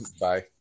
Bye